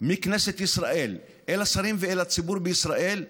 מכנסת ישראל אל השרים ואל הציבור בישראל ומבקשת,